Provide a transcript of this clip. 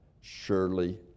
surely